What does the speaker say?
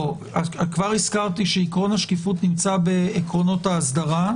כבר הזכרתי שעיקרון השקיפות נמצא בעקרונות האסדרה,